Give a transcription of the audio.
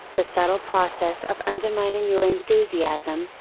the subtle process of undermining your enthusiasm,